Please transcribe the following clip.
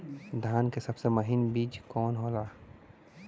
धान के सबसे महीन बिज कवन होला?